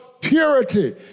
purity